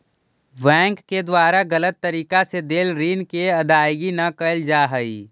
bank के द्वारा गलत तरीका से देल ऋण के अदायगी न कैल जा हइ